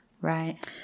Right